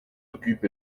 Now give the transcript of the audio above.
occupe